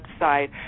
website